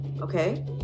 okay